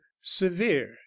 severe